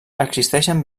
existeixen